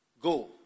go